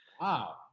Wow